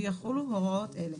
ויחולו הוראות אלה: